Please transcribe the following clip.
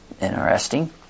Interesting